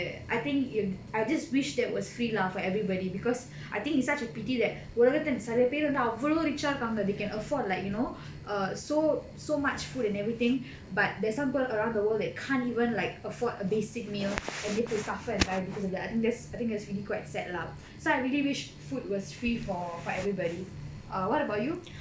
I think if I just wish that it was free lah for everybody because I think it's such a pity that உலகத்துல நெறைய பேரு வந்து அவ்ளோ:ulagathula neraya peru vandhu avlo rich ah இருக்காங்க:irukkanga they can afford like you know err so so much food and everything but there's some people around the world that can't even like afford a basic meal and they have to suffer and die because of that I think that's I think that's really quite sad lah so I really wish food was free for for everybody err what about you